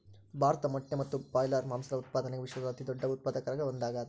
ಭಾರತ ಮೊಟ್ಟೆ ಮತ್ತು ಬ್ರಾಯ್ಲರ್ ಮಾಂಸದ ಉತ್ಪಾದನ್ಯಾಗ ವಿಶ್ವದ ಅತಿದೊಡ್ಡ ಉತ್ಪಾದಕರಾಗ ಒಂದಾಗ್ಯಾದ